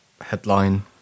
headline